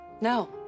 No